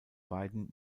beiden